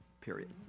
period